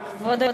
בקואליציה.